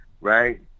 right